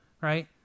Right